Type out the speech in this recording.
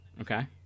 okay